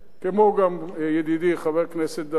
כמו גם ידידי חבר הכנסת דנון,